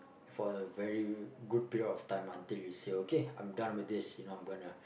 for a very good period of time until you say okay I'm done with this you know I'm gonna